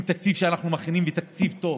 עם התקציב שאנחנו מכינים, וזה תקציב טוב,